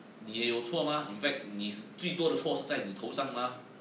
你也有错吗 in fact 你 s~ 最多的错是在你头上吗